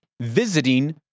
visiting